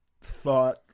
thought